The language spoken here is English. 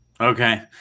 Okay